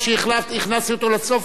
הכנסתי אותו לסוף כי אתה היית בסוף.